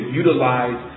utilize